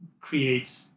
create